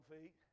feet